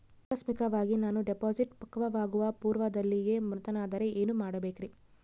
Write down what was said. ಆಕಸ್ಮಿಕವಾಗಿ ನಾನು ಡಿಪಾಸಿಟ್ ಪಕ್ವವಾಗುವ ಪೂರ್ವದಲ್ಲಿಯೇ ಮೃತನಾದರೆ ಏನು ಮಾಡಬೇಕ್ರಿ?